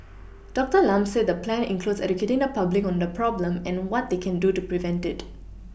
doctor Lam said the plan includes educating the public on the problem and what they can do to prevent it